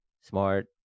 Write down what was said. smart